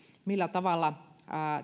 millä tavalla